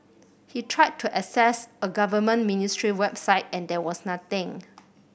he tried to access a government ministry website and there was nothing